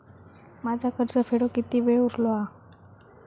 माझा कर्ज फेडुक किती वेळ उरलो हा?